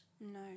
No